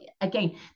again